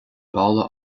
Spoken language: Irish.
balla